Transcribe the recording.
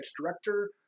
director